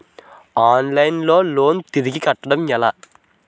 Online లో loan తిరిగి కట్టడం ఎలా?